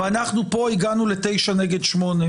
ואנחנו פה הגענו לתשע נגד שמונה,